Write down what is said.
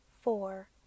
four